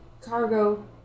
cargo